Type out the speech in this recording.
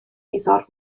wyddor